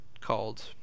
called